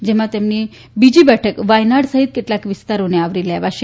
જેમાં તેમની બીજી બેઠક વાયનાડ સહિત કેટલાક વિસ્તારોને આવરી લેશે